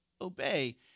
obey